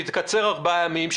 והיא תקצר ארבעה ימים.